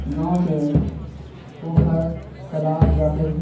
گاؤں کے پوکھر تالاب یا پھر